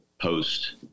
post